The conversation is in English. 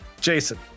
Jason